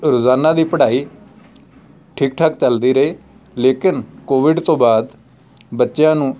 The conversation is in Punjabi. ਰੋਜ਼ਾਨਾ ਦੀ ਪੜ੍ਹਾਈ ਠੀਕ ਠਾਕ ਚੱਲਦੀ ਰਹੀ ਲੇਕਿਨ ਕੋਵਿਡ ਤੋਂ ਬਾਅਦ ਬੱਚਿਆਂ ਨੂੰ